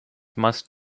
must